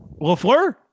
LaFleur